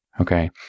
Okay